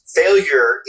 failure